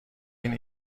این